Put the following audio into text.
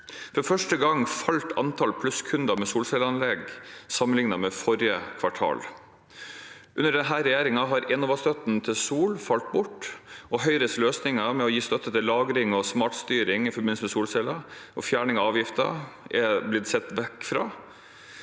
For første gang falt antall plusskunder med solcelleanlegg sammenlignet med forrige kvartal. Under denne regjeringen har Enova-støtten til sol falt bort, og Høyres løsninger med å gi støtte til lagring og smartstyring i forbindelse med solceller og fjerning av avgifter er blitt sett vekk fra.